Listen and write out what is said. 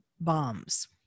bombs